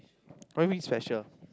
what do you mean special